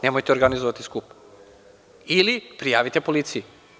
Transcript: Nemojte onda organizovati skup ili prijavite policiji.